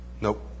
Nope